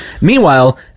meanwhile